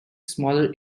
smaller